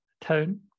tone